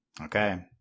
okay